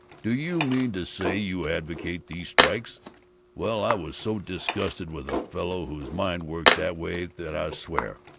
do you mean to say you advocate these strikes well, i was so disgusted with a fellow whose mind worked that way that i swear,